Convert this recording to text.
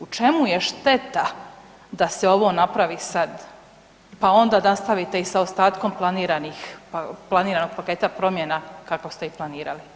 U čemu je šteta da se ovo napravi sad pa onda nastavite i s ostatkom planiranog paketa promjena kako ste i planirali?